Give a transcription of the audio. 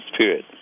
period